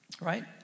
right